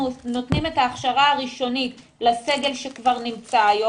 נותנים את ההכשרה הראשונית לסגל שכבר נמצא היום.